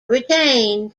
retained